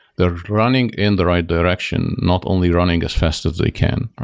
they're running in the right direction, not only running as fast as they can,